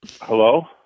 Hello